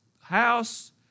house